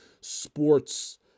sports